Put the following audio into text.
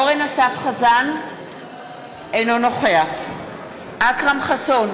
אורן אסף חזן, אינו נוכח אכרם חסון,